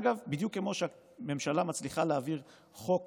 אגב, בדיוק כמו שהממשלה מצליחה להעביר חוק